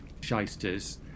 shysters